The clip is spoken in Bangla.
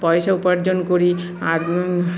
পয়সা উপার্জন করি আর